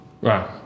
right